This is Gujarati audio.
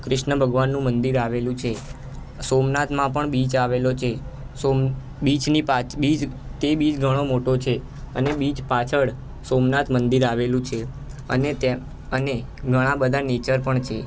ક્રિષ્ન ભગવાનનું મંદિર આવેલુ છે સોમનાથમાં પણ બીચ આવેલો છે સોમ બીચની પાછ બીચ તે બીચ ઘણો મોટો છે અને બીચ પાછળ સોમનાથ મંદિર આવેલું છે અને તે અને ઘણા બધા નેચર પણ છે